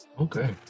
Okay